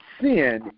sin